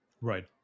Right